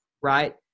right